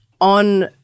on